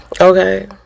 Okay